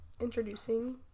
introducing